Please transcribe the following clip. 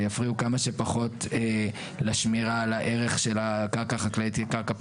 ויפריעו כמה שפחות לשמירה על הערך של הקרקע החקלאית כקרקע פתוחה.